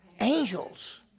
Angels